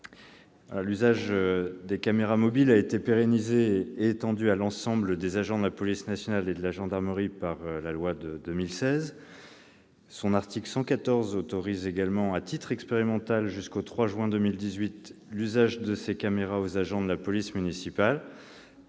L'usage des caméras mobiles a été pérennisé et étendu à l'ensemble des agents de la police nationale et de la gendarmerie nationale par la loi du 3 juin 2016. Son article 114 autorisait également, à titre expérimental jusqu'au 3 juin 2018, l'usage de ces caméras par les agents de la police municipale.